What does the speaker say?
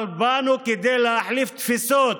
אבל באנו כדי להחליף תפיסות,